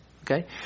Okay